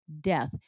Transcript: death